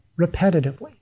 repetitively